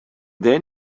then